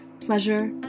pleasure